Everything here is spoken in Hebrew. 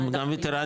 גם יתרה,